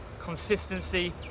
consistency